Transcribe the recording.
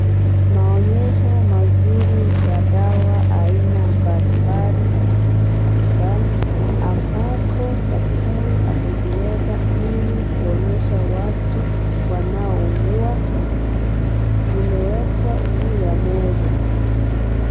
Maonyesho, mazuri ya dawa aina mbalimbali, dukani ambapo, daktari ameziweka ili kuonyesha watu, wanaonunua. Zimewekwa juu ya meza.